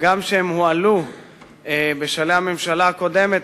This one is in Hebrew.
הגם שהם הועלו בשלהי הממשלה הקודמת,